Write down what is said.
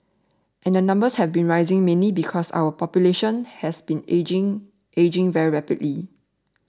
and the numbers have been rising mainly because our population has been ageing ageing very rapidly